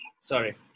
Sorry